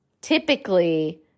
Typically